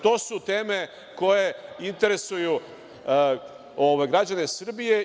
To su teme koje interesuju građane Srbije.